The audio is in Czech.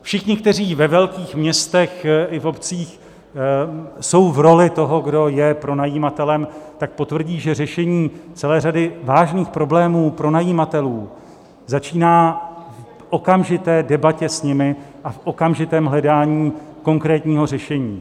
Všichni, kteří ve velkých městech i obcích jsou v roli toho, kdo je pronajímatelem, potvrdí, že řešení celé řady vážných problémů pronajímatelů začíná v okamžité debatě s nimi a v okamžitém hledání konkrétního řešení.